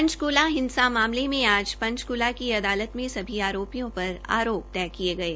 पंचकूला हिंसा मामले में आज पंचकूला की अदालत से सभी आरोपियों पर आरोप तयह किये गये